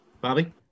Bobby